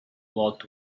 lot